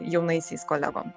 jaunaisiais kolegom